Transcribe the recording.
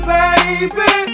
baby